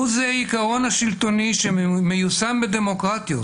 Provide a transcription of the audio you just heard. הוא זה העיקרון השלטוני שמיושם בדמוקרטיות,